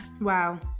Wow